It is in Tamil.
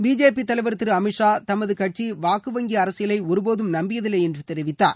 பிஜேபி தலைவர் திரு அமித் ஷா தமது கட்சி வாக்கு வங்கி அரசியலை ஒருபோதும் நம்பியதில்லை என்று தெரிவித்தார்